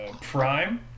prime